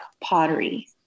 pottery